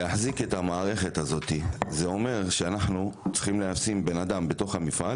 להחזיק את המערכת הזאת זה אומר שאנחנו צריכים לשים בן-אדם בתוך המפעל